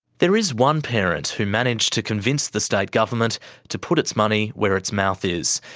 there is one parent who managed to convince the state government to put its money where its mouth is.